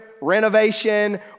renovation